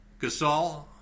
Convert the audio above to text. Gasol